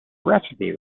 recipe